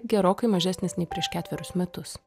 gerokai mažesnis nei prieš ketverius metus